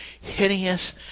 hideous